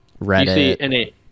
Reddit